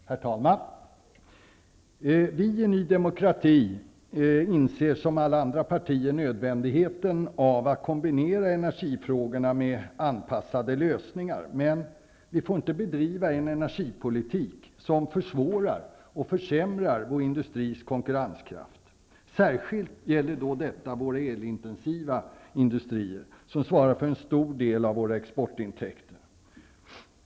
Herr talman! Vi i Ny demokrati inser som alla andra partier nödvändigheten av att kombinera energifrågorna med anpassade lösningar. Men vi får inte bedriva en energipolitik som försvårar och försämrar vår industris konkurrenskraft. Särskilt gäller detta våra el-intensiva industrier, som svarar för en stor del av våra exportintäkter.